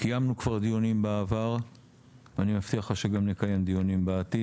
קיימנו כבר דיונים בעבר ואני מבטיח לך שגם נקיים דיונים בעתיד.